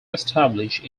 established